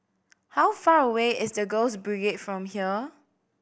how far away is The Girls Brigade from here